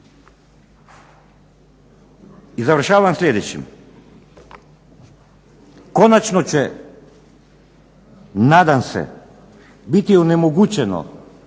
I završavam sljedećim. Konačno će nadam se biti onemogućeno